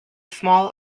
small